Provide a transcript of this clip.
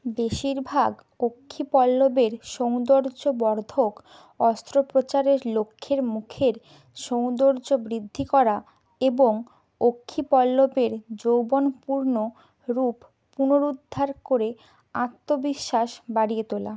বেশিরভাগ অক্ষিপল্লবের সৌন্দর্যবর্ধক অস্ত্রোপচারের লক্ষ্যের মুখের সৌন্দর্য বৃদ্ধি করা এবং অক্ষিপল্লবের যৌবনপূর্ণ রূপ পুনরুদ্ধার করে আত্মবিশ্বাস বাড়িয়ে তোলা